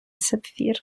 сапфір